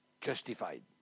justified